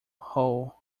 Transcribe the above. hole